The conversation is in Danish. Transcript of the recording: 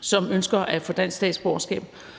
som ønsker at få dansk statsborgerskab,